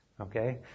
Okay